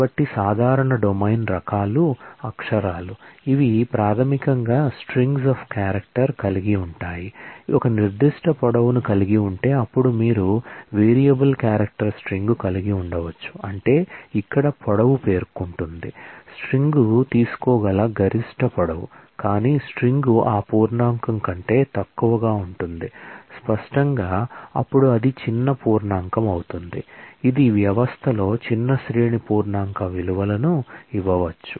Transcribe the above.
కాబట్టి సాధారణ డొమైన్ రకాలు అక్షరాలు ఇవి ప్రాథమికంగా స్ట్రింగ్స్ అఫ్ క్యారెక్టర్ కలిగి ఉండవచ్చు అంటే ఇక్కడ పొడవు పేర్కొంటుంది స్ట్రింగ్ తీసుకోగల గరిష్ట పొడవు కానీ స్ట్రింగ్ ఆ పూర్ణాంకం కంటే తక్కువగా ఉంటుంది స్పష్టంగా అప్పుడు అది చిన్న పూర్ణాంకం అవుతుంది ఇది వ్యవస్థలో చిన్న శ్రేణి పూర్ణాంక విలువలను ఇవ్వవచ్చు